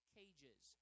cages